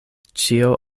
ĉio